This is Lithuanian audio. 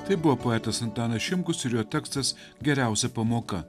tai buvo poetas antanas šimkus ir jo tekstas geriausia pamoka